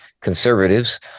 conservatives